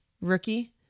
rookie